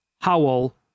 Howell